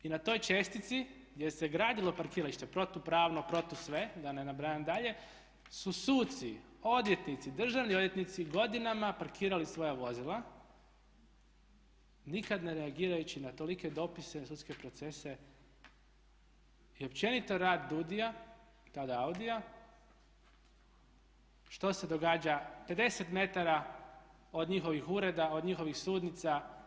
I na toj čestici gdje se gradilo parkiralište protu pravno, protu sve, da ne nabrajam dalje, su suci, odvjetnici, državni odvjetnici godinama parkirali svoja vozila, nikada ne reagirajući na tolike dopise, sudske procese i općenito radi DUDI-a, tada AUDI-a, što se događa 50m od njihovih ureda, od njihovih sudnica.